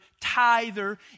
tither